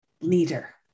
leader